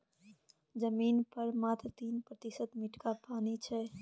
जमीन पर मात्र तीन प्रतिशत मीठका पानि छै